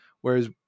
Whereas